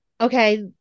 okay